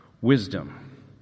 wisdom